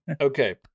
Okay